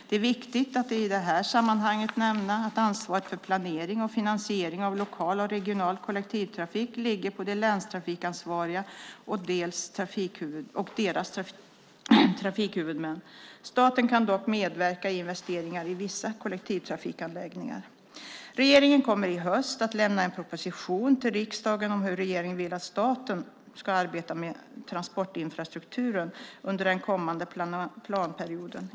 Det är viktigt att i det här sammanhanget nämna att ansvaret för planering och finansiering av lokal och regional kollektivtrafik ligger på de länstrafikansvariga och deras trafikhuvudmän. Staten kan dock medverka i investeringar i vissa kollektivtrafikanläggningar. Regeringen kommer i höst att lämna en proposition till riksdagen om hur regeringen vill att staten ska arbeta med transportinfrastrukturen under den kommande planperioden.